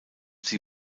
sie